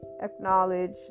acknowledge